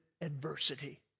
adversity